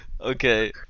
okay